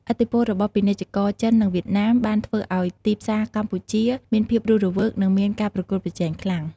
ឥទ្ធិពលរបស់ពាណិជ្ជករចិននិងវៀតណាមបានធ្វើឱ្យទីផ្សារកម្ពុជាមានភាពរស់រវើកនិងមានការប្រកួតប្រជែងខ្លាំង។